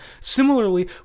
Similarly